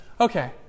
Okay